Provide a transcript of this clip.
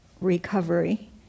recovery